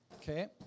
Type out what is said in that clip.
Okay